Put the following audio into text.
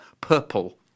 purple